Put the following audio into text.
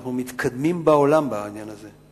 אנחנו מהמתקדמים בעולם בעניין הזה,